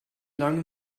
lange